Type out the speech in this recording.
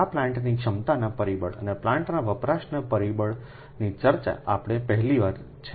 આ પ્લાન્ટની ક્ષમતાના પરિબળ અને પ્લાન્ટના વપરાશના પરિબળની ચર્ચા આપણે પહેલાં કરી છે